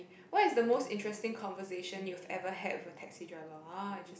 what is the most interesting conversation you've ever had with a taxi driver ah interesting